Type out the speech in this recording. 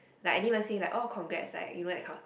like I didn't even say like oh congrats like you know that kind of